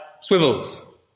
swivels